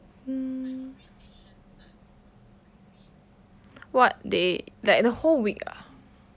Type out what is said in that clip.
mm what they like the whole week ah